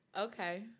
Okay